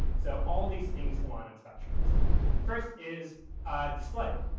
so, all these things aligned in spectrums first is display,